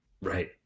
Right